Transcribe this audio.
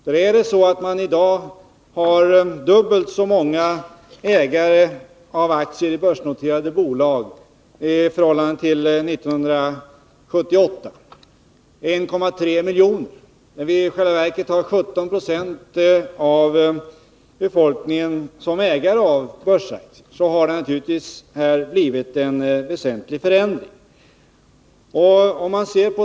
När det i dag finns dubbelt så många ägare av aktier i börsnoterade bolag som 1978 — 1,3 miljoner, dvs. 17 96 av befolkningen, är nu ägare av börsaktier — då har det naturligtvis skett en väsentlig förändring.